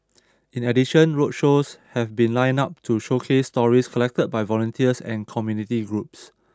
in addition roadshows have been lined up to showcase stories collected by volunteers and community groups